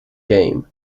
game